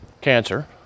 cancer